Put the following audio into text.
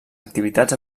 activitats